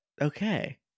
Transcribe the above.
Okay